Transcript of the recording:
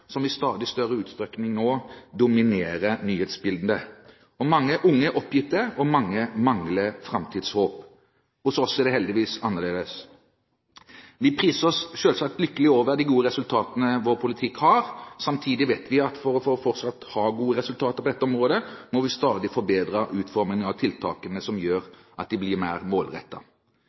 som i stadig større utstrekning nå dominerer nyhetsbildet. Mange unge er oppgitt, og mange mangler framtidshåp. Hos oss er det heldigvis annerledes. Vi priser oss selvsagt lykkelig over de gode resultatene vår politikk har. Samtidig vet vi at for fortsatt å ha gode resultater på dette området, må vi stadig forbedre utformingen av tiltakene, som gjør at de blir mer